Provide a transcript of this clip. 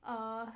err